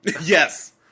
Yes